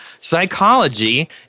psychology